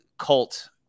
cult